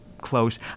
close